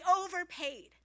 overpaid